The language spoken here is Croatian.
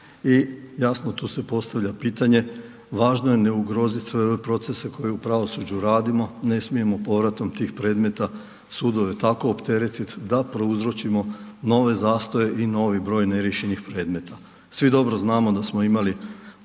i jasno tu se postavlja pitanje, važno je ne ugroziti sve ove procese koje u pravosuđu radimo, ne smijemo povratom tih predmeta sudove tako opteretiti da prouzročimo nove zastoje i novi broj neriješenih predmeta. Svi dobro znamo da smo imali